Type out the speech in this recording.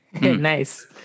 Nice